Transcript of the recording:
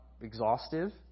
exhaustive